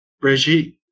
Brigitte